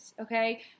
Okay